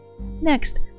Next